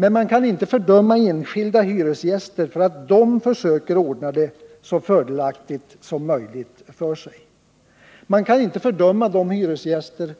Men man kan inte fördöma enskilda hyresgäster när de försöker ordna det så fördelaktigt som möjligt för sig själva, man kan inte fördöma de hyresgäster